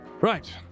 Right